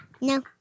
No